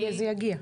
וזה יגיע.